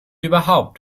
überhaupt